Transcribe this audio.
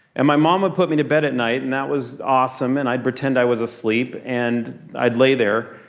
and my mom would put me to bed at night, and that was awesome, and i'd pretend i was asleep, and i'd lay there.